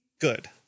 good